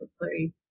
three